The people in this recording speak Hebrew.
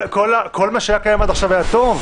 כל מה שהיה קיים עד עכשיו היה טוב?